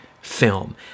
film